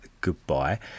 goodbye